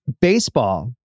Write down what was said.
Baseball